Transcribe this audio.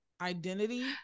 identity